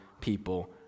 people